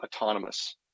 autonomous